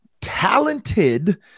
Talented